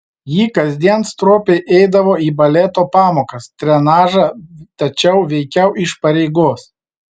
ji kasdien stropiai eidavo į baleto pamokas trenažą tačiau veikiau iš pareigos